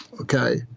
Okay